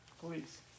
Please